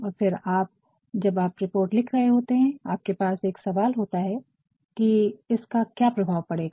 और फिर आप जब आप रिपोर्ट लिख रहे होते हैं आपके पास एक सवाल होता हैं कि इसका क्या प्रभाव पड़ेगा